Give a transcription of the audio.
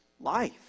life